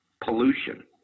pollution